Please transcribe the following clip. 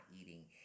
eating